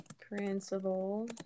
Principal